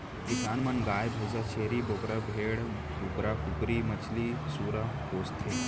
किसान मन गाय भईंस, छेरी बोकरा, भेड़ी, कुकरा कुकरी, मछरी, सूरा पोसथें